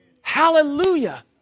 Hallelujah